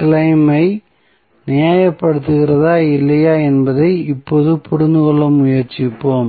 claim ஐ நியாயப்படுத்துகிறதா இல்லையா என்பதைப் இப்போது புரிந்துகொள்ள முயற்சிப்போம்